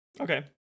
Okay